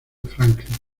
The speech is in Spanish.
franklin